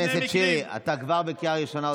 חבר הכנסת יוראי להב הרצנו, אתה בקריאה ראשונה.